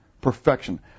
Perfection